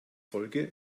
folge